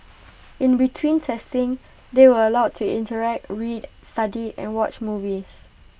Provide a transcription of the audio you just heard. in between testing they were allowed to interact read study and watch movies